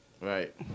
Right